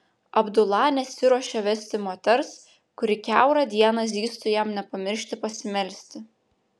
abdula nesiruošė vesti moters kuri kiaurą dieną zyztų jam nepamiršti pasimelsti